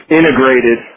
integrated